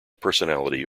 personality